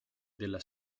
della